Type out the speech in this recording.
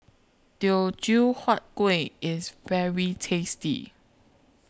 Teochew Huat Kueh IS very tasty